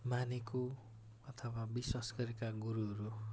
मानेको अथवा विश्वास गरेका गुरुहरू